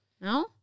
No